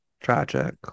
tragic